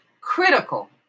critical